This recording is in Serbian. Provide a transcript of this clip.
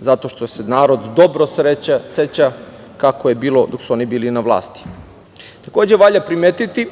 zato što se narod dobro seća kako je bilo dok su oni bili na vlasti. Takođe, valja primetiti